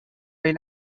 این